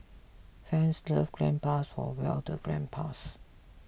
fans love gandpas for well the grandpas